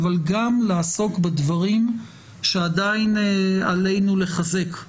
אבל גם לעסוק בדברים שעדיין עלינו לחזק,